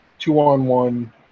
two-on-one